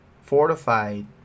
fortified